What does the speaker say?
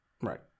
Right